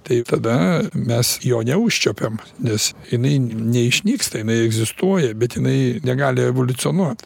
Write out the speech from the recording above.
tai tada mes jo neužčiuopiam nes jinai ne išnyksta jinai egzistuoja bet jinai negali evoliucionuot